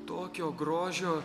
tokio grožio